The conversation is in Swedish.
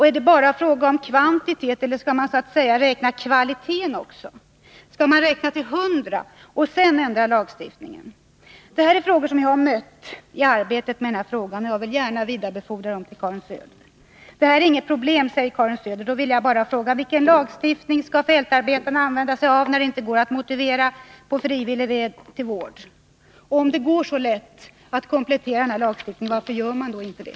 Är det bara fråga om kvantitet, eller skall så att säga också kvaliteten räknas? Skall man räkna till hundra och sedan ändra lagstiftningen? Detta är frågor som jag har mött i arbetet med detta problem, och jag vill gärna vidarebefordra dem till Karin Söder. Detta är inget problem, säger Karin Söder. Då vill jag bara fråga: Vilken lagstiftning skall fältarbetarna använda sig av när det inte går att motivera vård på frivillig väg? Om det går så lätt att komplettera denna lagstiftning, varför gör man då inte det?